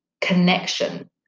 connection